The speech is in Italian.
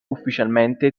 ufficialmente